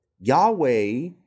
Yahweh